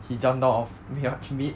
he jump down of mirach meet